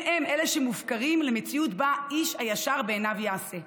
הם-הם אלה שמופקרים למציאות שבה איש הישר בעיניו יעשה.